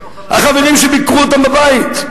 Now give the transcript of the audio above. החברים שביקרו אותם בבית.